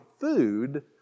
food